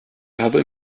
habe